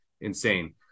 Insane